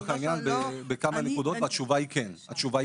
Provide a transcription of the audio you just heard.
התשובה היא כן.